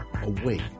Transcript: awake